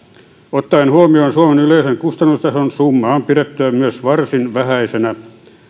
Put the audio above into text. ottaen huomioon suomen yleinen kustannustaso summaa on pidettävä myös varsin vähäisenä